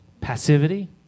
passivity